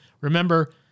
Remember